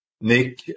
Nick